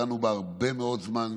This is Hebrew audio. דנו בה הרבה מאוד זמן.